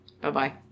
Bye-bye